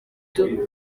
byari